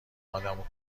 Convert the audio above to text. آدمو